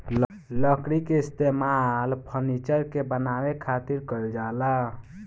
लकड़ी के इस्तेमाल फर्नीचर के बानवे खातिर कईल जाला